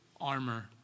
armor